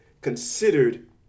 considered